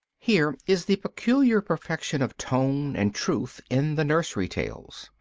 here is the peculiar perfection of tone and truth in the nursery tales.